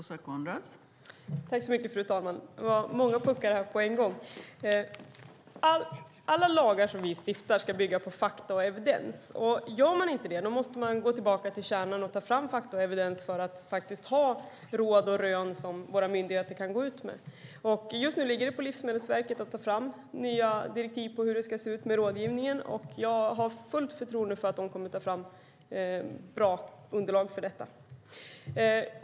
Fru talman! Det var många puckar på en gång. Alla lagar vi stiftar ska bygga på fakta och evidens. Gör de inte det måste man gå tillbaka till kärnan och ta fram fakta och evidens för att faktiskt ha råd och rön som våra myndigheter kan gå ut med. Just nu ligger det på Livsmedelsverket att ta fram nya direktiv för hur det ska se ut med rådgivningen, och jag har fullt förtroende för att de kommer att ta fram bra underlag för detta.